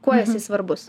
kuo jisai svarbus